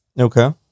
Okay